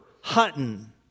Hutton